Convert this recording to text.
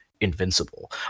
invincible